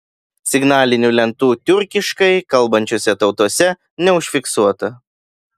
signalinių lentų tiurkiškai kalbančiose tautose neužfiksuota